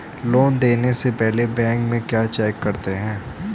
Loan देने से पहले बैंक में क्या चेक करते हैं?